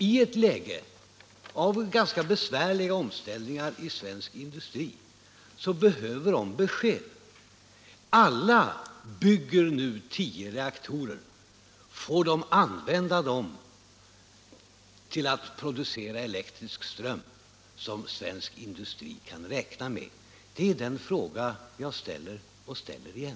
I ett läge av ganska besvärliga omställningar i svensk industri behövs besked. Nu byggs tio reaktorer. Får de användas till produktion av elektrisk ström, som svensk industri kan räkna med? Det är den fråga jag ställt och ställer igen.